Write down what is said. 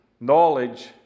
knowledge